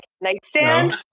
nightstand